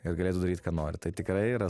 ir galėtų daryt ką nori tai tikrai yra